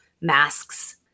masks